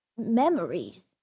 memories